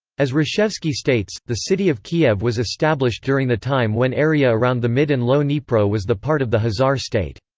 as hrushevsky states, the city of kiev was established during the time when area around the mid and low-dnipro was the part of the khazar state.